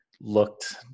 looked